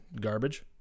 garbage